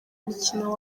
umukino